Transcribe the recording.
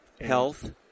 health